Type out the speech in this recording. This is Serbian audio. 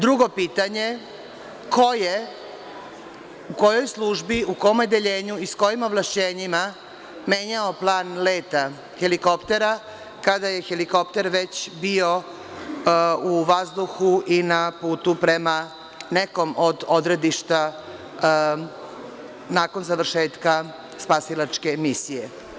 Drugo pitanje – ko je, u kojoj službi, u kom odeljenju i s kojim ovlašćenjima menjao plan leta helikoptera, kada je helikopter već bio u vazduhu i na putu prema nekom od odredišta nakon završetka spasilačke misije?